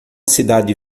cidade